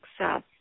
success